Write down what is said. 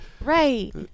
Right